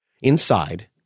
Inside